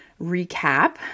recap